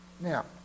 Now